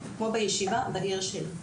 כמו בישיבה בעיר שלי.